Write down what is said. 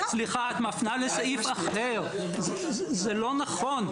סליחה, את מפנה לסעיף אחר, זה לא נכון.